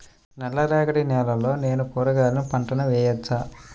నల్ల రేగడి నేలలో నేను కూరగాయల పంటను వేయచ్చా?